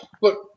Look